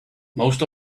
most